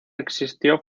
existió